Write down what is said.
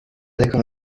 d’accord